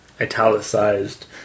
italicized